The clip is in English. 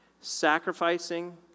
Sacrificing